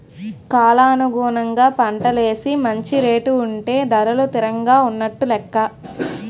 కాలానుగుణంగా పంటలేసి మంచి రేటు ఉంటే ధరలు తిరంగా ఉన్నట్టు నెక్క